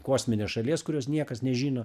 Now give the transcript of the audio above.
kosminės šalies kurios niekas nežino